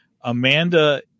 Amanda